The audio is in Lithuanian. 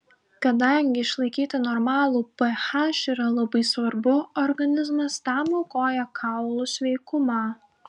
kadangi išlaikyti normalų ph yra labai svarbu organizmas tam aukoja kaulų sveikumą